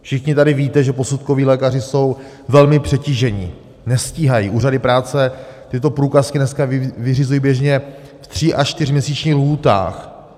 Všichni tady víte, že posudkoví lékaři jsou velmi přetíženi, nestíhají, úřady práce tyto průkazky dneska vyřizují běžně v tří až čtyřměsíčních lhůtách.